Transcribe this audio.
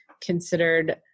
considered